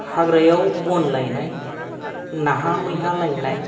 हाग्रायाव बन लायनाय नाहा मैहा लायनाय